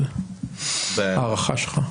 הערכה שלך?